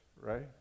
right